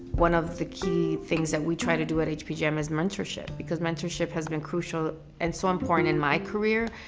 one of the key things that we try to do at hpgm is mentorship, because mentorship has been crucial and so important in my career.